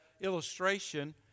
illustration